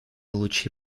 лучи